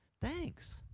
thanks